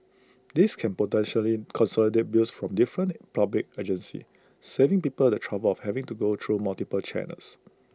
this can potentially consolidate bills from different public agencies saving people the trouble of having to go through multiple channels